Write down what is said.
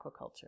aquaculture